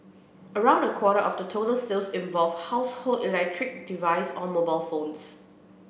around a quarter of the total sales involved household electric device or mobile phones